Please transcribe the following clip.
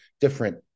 different